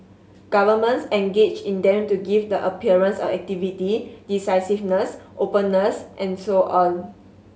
governments engage in them to give the appearance of activity decisiveness openness and so on